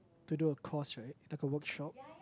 to do a course right I got workshop